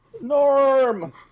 Norm